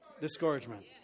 Discouragement